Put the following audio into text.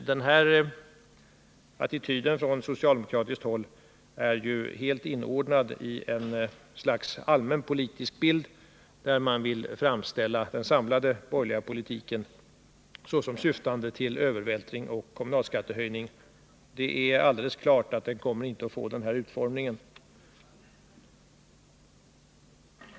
Den här attityden från socialdemokratiskt håll är helt inordnad i ett slags allmänpolitisk bild; man vill framställa den samlade borgerliga politiken som syftande till övervältring på kommunerna och kommunalskattehöjning. Det är alldeles klart att det inte kommer att få den här utformningen.